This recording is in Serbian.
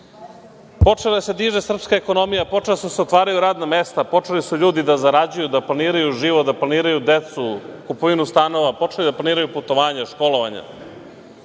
Počela je da se diže srpska ekonomija, počela su da se otvaraju radna mesta, počeli su ljudi da zarađuju, da planiraju život, da planiraju decu, kupovinu stanova, počeli da planiraju putovanja, školovanja,